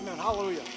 Hallelujah